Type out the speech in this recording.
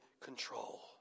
control